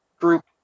group